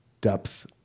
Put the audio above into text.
depth